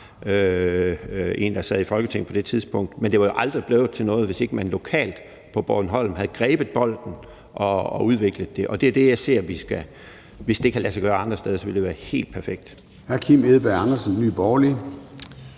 sad i Folketinget, men det var jo aldrig blevet til noget, hvis ikke man lokalt på Bornholm havde grebet bolden og udviklet det, og hvis det kan lade sig gøre andre steder, vil det være helt perfekt.